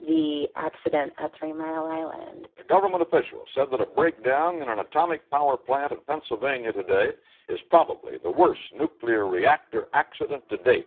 the accident at three mile island a government official said that a breakdown in an atomic power plant in pennsylvania today is probably the worst nuclear reactor accident to date